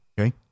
Okay